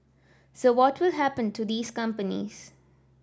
so what will happen to these companies